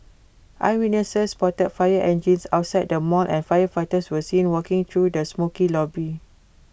eyewitnesses spotted fire engines outside the mall and firefighters were seen walking through the smokey lobby